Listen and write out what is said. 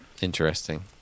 Interesting